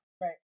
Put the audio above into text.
Right